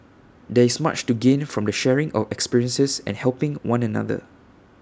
there is much to gain from the sharing of experiences and helping one another